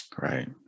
Right